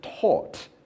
taught